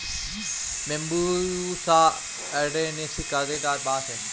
Bambusa arundinacea काँटेदार बाँस है